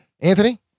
Anthony